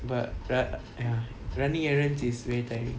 but run~ running errands is very tiring